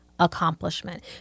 accomplishment